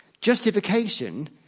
Justification